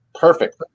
Perfect